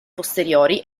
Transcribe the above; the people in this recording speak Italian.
posteriori